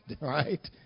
Right